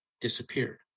disappeared